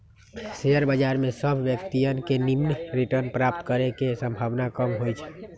share बजार में सभ व्यक्तिय के निम्मन रिटर्न प्राप्त करे के संभावना कम होइ छइ